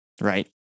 right